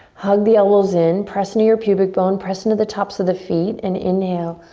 hug the elbows in, press into your pubic bone, press into the tops of the feet and inhale.